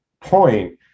point